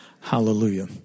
Hallelujah